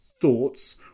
thoughts